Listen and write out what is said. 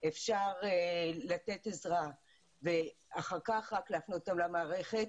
אפשר לתת עזרה ורק אחר כך להפנות אותם למערכת,